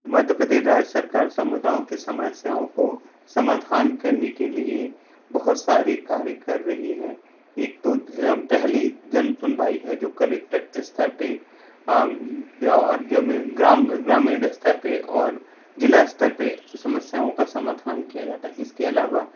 मध्य प्रदेश राज सरकार समुदायों के समस्याओं को समाधान करने के लिए बहुत सारे कार्य कर रही है एक तो पहली जन सुनवाई है जो कलेक्टर स्तर पर और ग्राम ग्रामीण स्तर पर और ज़िला स्तर पर समस्याओं का समाधान किया जाता है इसके अलावा